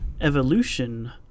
evolution